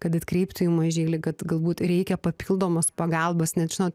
kad atkreiptų į mažylį kad galbūt reikia papildomos pagalbos nes žinot